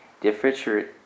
differentiate